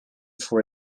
for